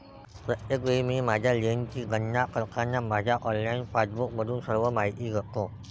प्रत्येक वेळी मी माझ्या लेनची गणना करताना माझ्या ऑनलाइन पासबुकमधून सर्व माहिती घेतो